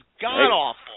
god-awful